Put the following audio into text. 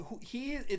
he-